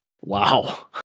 Wow